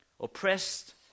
Oppressed